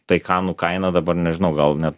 taycanų kaina dabar nežinau gal net